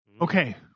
Okay